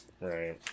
right